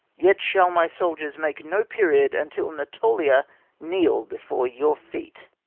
yet shall my soldiers make no period until natolia kneel before your feet.